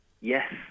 Yes